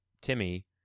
timmy